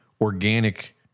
organic